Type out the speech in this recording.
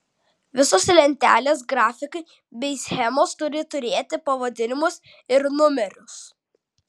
visos lentelės grafikai bei schemos turi turėti pavadinimus ir numerius